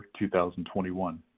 2021